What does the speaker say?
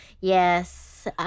yes